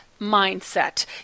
mindset